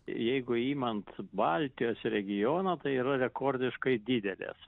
jeigu imant baltijos regioną tai yra rekordiškai didelės